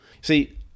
See